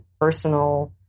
personal